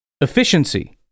efficiency